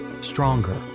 stronger